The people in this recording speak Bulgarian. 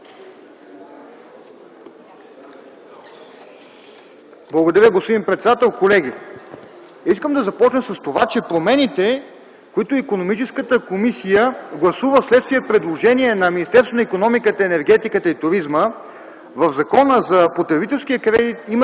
Благодаря, господин председател. Колеги, искам да започна с това, че промените, които Икономическата комисия гласува вследствие предложения на Министерство на икономиката, енергетиката и туризма в Закона за потребителския кредит, имат